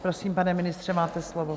Prosím, pane ministře, máte slovo.